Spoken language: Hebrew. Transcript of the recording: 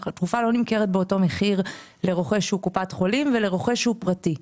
התרופה לא נמכרת באותו מחיר לרוכש שהוא קופת חולים ורוכש שהוא פרטי,